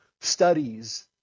studies